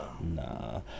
Nah